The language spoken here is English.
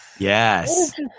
Yes